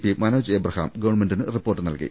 P Manoj Abraham ഗവൺമെന്റിന് report നൽകി